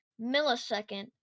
millisecond